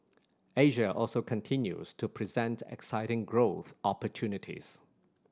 Asia also continues to present exciting growth opportunities